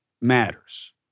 matters